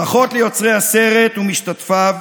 ברכות ליוצרי הסרט ומשתתפיו.